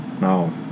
no